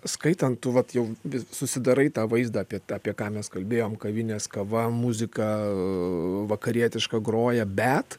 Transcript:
skaitant tu vat jau vi susidarai tą vaizdą apie tą apie ką mes kalbėjom kavinės kava muzika vakarietiška groja bet